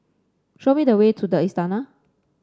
show me the way to the Istana